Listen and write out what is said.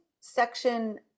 section